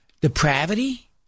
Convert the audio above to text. depravity